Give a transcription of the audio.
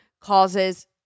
causes